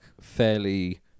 fairly